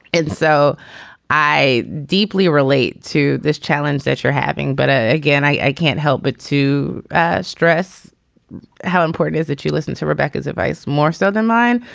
and so i deeply relate to this challenge that you're having but ah again i can't help but to ah stress how important is it to listen to rebecca's advice more so than mine.